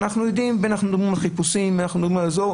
אנחנו יודעים בין אם מדברים על חיפושים או על משהו אחר.